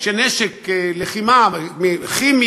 ילדים וכו'.